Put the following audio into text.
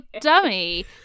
dummy